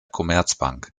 commerzbank